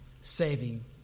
saving